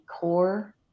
core